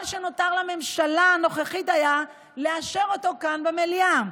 כל שנותר לממשלה הנוכחית היה לאשר אותו כאן במליאה.